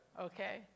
okay